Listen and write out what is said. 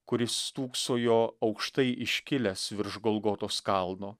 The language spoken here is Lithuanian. kuris stūksojo aukštai iškilęs virš golgotos kalno